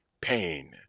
pain